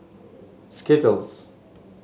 skittles